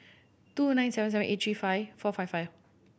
two nine seven seven eight three five four five five